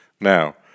Now